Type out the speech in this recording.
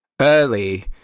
early